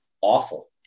awful